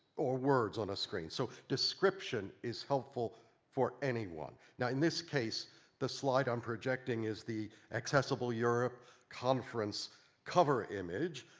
or words on a screen? so description is helpful for anyone. now, in this case the slide i'm projecting is the accessible europe conference cover image.